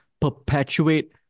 perpetuate